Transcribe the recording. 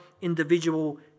individual